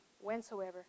whensoever